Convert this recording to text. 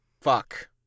Fuck